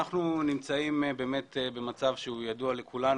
אנחנו נמצאים במצב שהוא ידוע לכולנו,